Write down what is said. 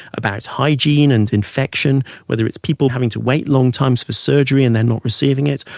about hygiene and infection, whether it's people having to wait long times for surgery and they're not receiving it,